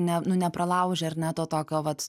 ne nu nepralaužia ar ne to tokio vat